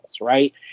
right